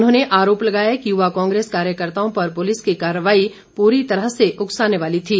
उन्होंने आरोप लगाया कि युवा कांग्रेस कार्यकर्ताओं पर पुलिस की कार्रवाई पूरी तरह से उकसाने वाली थी